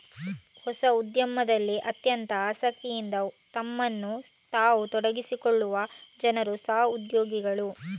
ಹೊಸ ಉದ್ಯಮದಲ್ಲಿ ಅತ್ಯಂತ ಆಸಕ್ತಿಯಿಂದ ತಮ್ಮನ್ನು ತಾವು ತೊಡಗಿಸಿಕೊಳ್ಳುವ ಜನರು ಸ್ವ ಉದ್ಯೋಗಿಗಳು